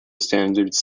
standards